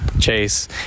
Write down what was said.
chase